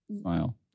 Smile